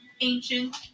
ancient